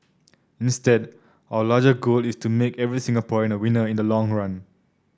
instead our larger goal is to make every Singaporean a winner in the long run